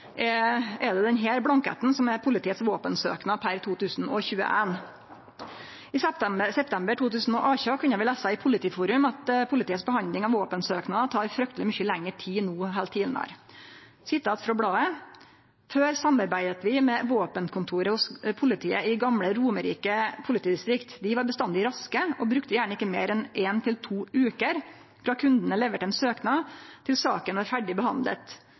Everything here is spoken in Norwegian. er det denne blanketten som er politiets våpensøknad per 2021. I september 2018 kunne vi lese i Politiforum at politiets behandling av våpensøknader tek fryktelig mykje lengre tid no enn tidlegare. Eg siterer frå bladet: «Før samarbeidet vi med våpenkontoret hos politiet i gamle Romerike politidistrikt. De var bestandig raske, og brukte gjerne ikke mer enn en til to uker fra kundene leverte en søknad til saken var ferdig behandlet,